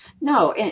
No